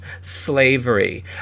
slavery